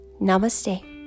Namaste